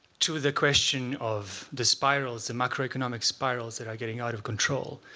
to the question of the spirals, the macroeconomic spirals that are getting out of control,